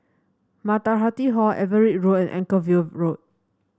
Matahari Hall Everitt Road and Anchorvale Road